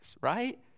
right